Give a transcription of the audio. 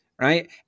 right